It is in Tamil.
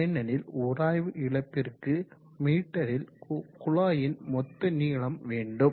ஏனெனில் உராய்வு இழப்பிற்கு மீட்டரில் குழாயின் மொத்த நீளம் வேண்டும்